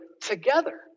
together